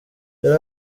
yari